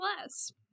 less